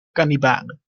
kannibalen